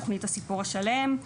תוכנית הסיפור השלם,